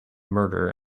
murder